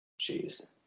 Jeez